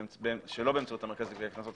שלא באמצעות המרכז לגביית קנסות,